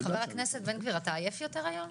אתה עייף יותר היום?